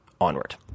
onward